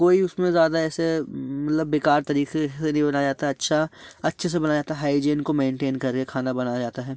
कोई उसमें ज़्यादा ऐसे मतलब बेकार तरीके से बनाया जाता है अच्छा अच्छे से बनाया जाता है हाईजीन को मेंटेन करके खाना बनाया जाता है